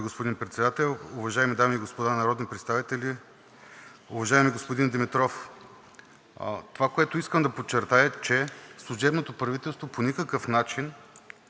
господин Председател. Уважаеми дами и господа народни представители! Уважаеми господин Димитров, това, което искам да подчертая, е, че служебното правителство по никакъв начин